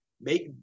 make